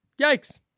Yikes